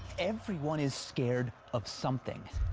everyone is scared of something.